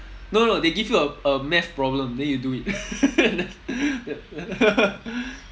no no no they give you a a math problem then you do it